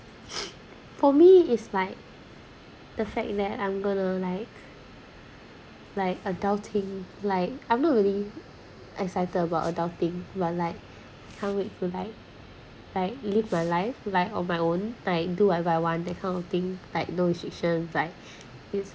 for me is like the fact that I'm going to like like adulting like I'm not really excited about adulting you are like can't wait to like like live my life like on my own like do what I want that kind of thing like no restriction like it's